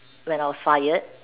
when I was fired